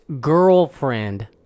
girlfriend